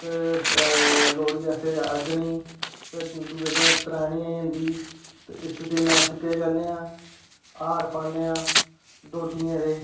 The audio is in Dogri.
लोहड़ी असें अग्नी ते दूए दिन त्रैनी होंदी ते इस दिन अस केह् करनेआं हार पान्ने आं डोडियें दे